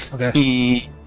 Okay